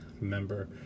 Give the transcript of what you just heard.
member